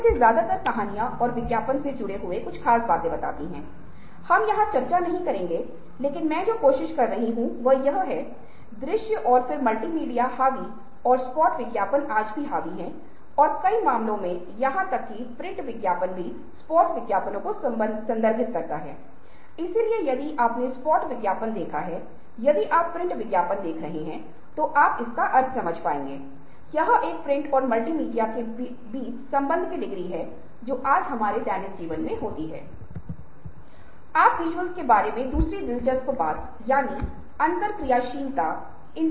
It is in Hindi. समाधानों को निष्पादित करें अस्पताल की सुविधाओं का विस्तार करें कर्मचारियों को स्वास्थ्य सेवाएं प्रदान करें फिर तीन महीने बाद या 4 महीने के बाद आप समाधानों की व्यावहारिकता का मूल्यांकन करें